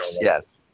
Yes